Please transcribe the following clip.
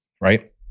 right